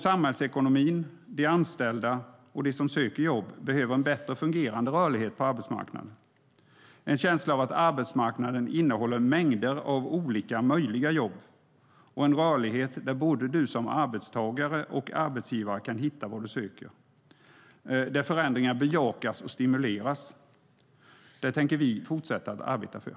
Samhällsekonomin, de anställda och de som söker jobb behöver en bättre fungerande rörlighet på arbetsmarknaden. Det handlar om en känsla av att arbetsmarknaden innehåller mängder av olika möjliga jobb och en rörlighet där du både som arbetstagare och som arbetsgivare kan hitta vad du söker och där förändringar bejakas och stimuleras. Det tänker vi fortsätta att arbeta för.